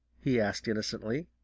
he asked innocently.